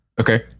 Okay